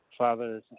Father